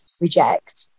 reject